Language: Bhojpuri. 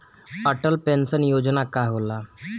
अटल पैंसन योजना का होला?